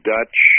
Dutch